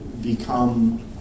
become